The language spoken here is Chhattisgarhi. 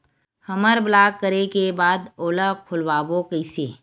हमर ब्लॉक करे के बाद ओला खोलवाबो कइसे?